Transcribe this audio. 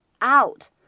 out